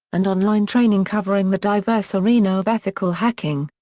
and online training covering the diverse arena of ethical hacking.